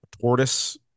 tortoise